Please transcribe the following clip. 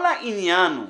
כל העניין הוא